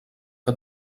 que